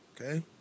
Okay